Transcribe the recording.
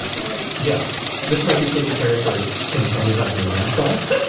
ah road yeah this might be safer territory. can you tell me about your red sauce?